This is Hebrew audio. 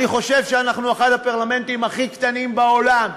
אני חושב שאנחנו אחד הפרלמנטים הכי קטנים בעולם,